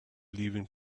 leaving